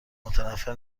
متنفر